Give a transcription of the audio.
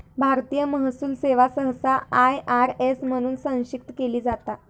भारतीय महसूल सेवा सहसा आय.आर.एस म्हणून संक्षिप्त केली जाता